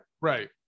right